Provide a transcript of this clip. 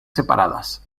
separadas